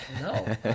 No